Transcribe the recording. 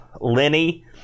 Lenny